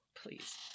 please